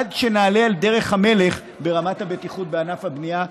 עד שנעלה על דרך המלך ברמת הבטיחות בענף הבנייה,